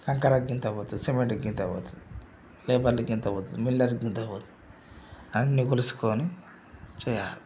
కంకరకకు ఇంత పోతుంది సిమెంట్కి ఇంత పోతుంది పేపర్లికి ఇంత పోతుంది మిల్లర్కి ఇంత పోతుంది అన్నీ కొలుచుకోని చేయాలి